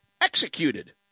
executed